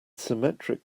symmetric